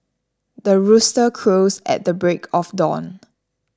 the rooster crows at the break of dawn